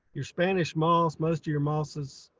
your spanish moss, most of your mosses